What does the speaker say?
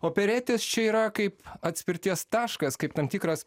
operetės čia yra kaip atspirties taškas kaip tam tikras